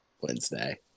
Wednesday